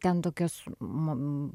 ten tokios mum